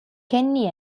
kenny